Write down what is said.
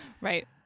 right